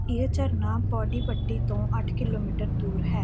ਇਹ ਝਰਨਾ ਬੌਡੀ ਪੱਟੀ ਤੋਂ ਅੱਠ ਕਿਲੋਮੀਟਰ ਦੂਰ ਹੈ